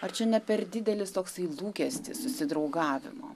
ar čia ne per didelis toksai lūkestis susidraugavimo